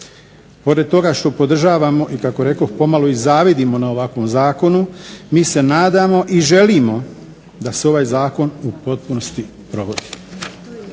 Pored toga što podržavamo i kako reko pomalo i zavidimo na ovakvom zakonu, mi se nadamo i želimo da se ovaj zakon u potpunosti provodi.